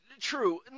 True